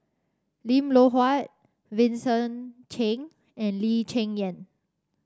Lim Loh Huat Vincent Cheng and Lee Cheng Yan